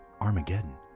Armageddon